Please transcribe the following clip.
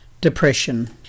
depression